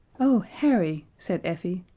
oh, harry, said effie,